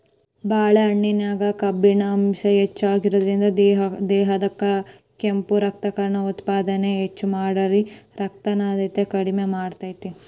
ಬಾಳೆಹಣ್ಣಿನ್ಯಾಗ ಕಬ್ಬಿಣ ಅಂಶ ಹೆಚ್ಚಿರೋದ್ರಿಂದ, ದೇಹದಾಗ ಕೆಂಪು ರಕ್ತಕಣ ಉತ್ಪಾದನೆ ಹೆಚ್ಚಮಾಡಿ, ರಕ್ತಹೇನತೆ ಕಡಿಮಿ ಮಾಡ್ತೆತಿ